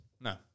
no